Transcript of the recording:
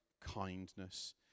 kindness